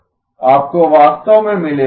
आपको वास्तव में मिलेगा